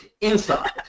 inside